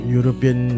European